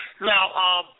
Now